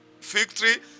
victory